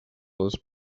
les